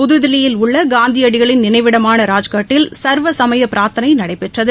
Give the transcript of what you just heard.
புதுதில்லியில் உள்ள காந்தியடிகளின் நினைவிடமான ராஜ்காட்டில் சர்வசமய பிரார்த்தனை நடைபெற்றது